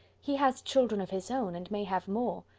he has children of his own, and may have more.